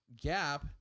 gap